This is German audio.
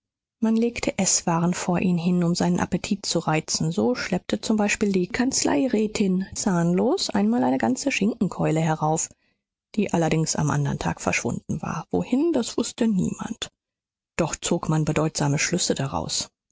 man legte eßwaren vor ihn hin um seinen appetit zu reizen so schleppte zum beispiel die kanzleirätin zahnlos einmal eine ganze schinkenkeule herauf die allerdings am andern tag verschwunden war wohin das wußte niemand doch zog man bedeutsame schlüsse daraus